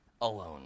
alone